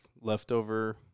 leftover